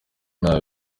nta